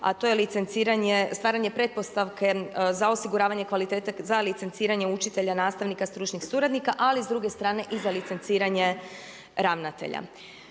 stvaranje pretpostavke za osiguravanje kvalitete, za licenciranje učitelja, nastavnika, stručnih suradnika, ali s druge strane i za licenciranje ravnatelja.